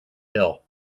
hill